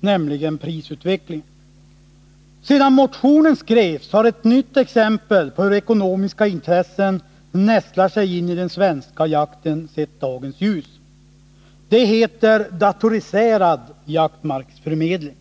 nämligen prisutvecklingen. Sedan motionen skrevs har ett nytt exempel på hur ekonomiska intressen nästlar sig in i den svenska jakten sett dagens ljus. Det gäller något som heter datoriserad jaktmarksförmedling.